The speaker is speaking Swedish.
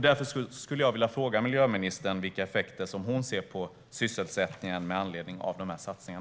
Därför vill jag fråga miljöministern vilka effekter hon ser på sysselsättningen med anledning av dessa satsningar.